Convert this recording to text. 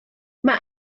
mae